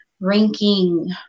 ranking